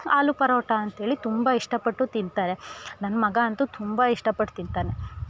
ಆಲೂ ಪರೋಟ ಅಂತೇಳಿ ತುಂಬ ಇಷ್ಟ ಪಟ್ಟು ತಿಂತಾರೆ ನನ್ನ ಮಗ ಅಂತು ತುಂಬ ಇಷ್ಟ ಪಟ್ಟು ತಿಂತಾನೆ